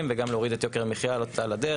וגם להוריד את יוקר המחיה על הדרך.